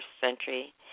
century